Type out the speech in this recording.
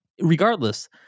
regardless